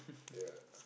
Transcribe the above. yeah